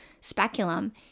speculum